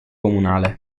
comunale